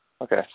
Okay